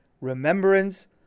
remembrance